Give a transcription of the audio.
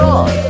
on